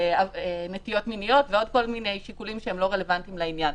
נטיות מיניות ועוד כל מיני שיקולים שהם לא רלוונטיים לעניין.